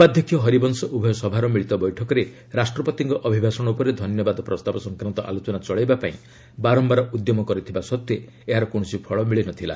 ଉପାଧ୍ୟକ୍ଷ ହରିବଂଶ ଉଭୟସଭାର ମିଳିତ ବୈଠକରେ ରାଷ୍ଟପତିଙ୍କ ଅଭିଭାଷଣ ଉପରେ ଧନ୍ୟବାଦ ପ୍ରସ୍ତାବ ସଂକ୍ୱାନ୍ତ ଆଲୋଚନା ଚଳାଇବା ପାଇଁ ବାରମ୍ଘାର ଉଦ୍ୟମ କରିଥିବା ସତ୍ତ୍ୱେ ଏହାର କୌଣସି ଫଳ ମିଳିନଥିଲା